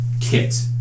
kit